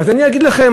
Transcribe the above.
אני אגיד לכם,